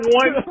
one